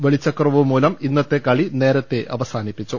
വെളിച്ചക്കുറവുമൂലം ഇന്നത്തെ കളി നേരത്തെ അവസാനിപ്പിച്ചു